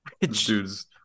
Dudes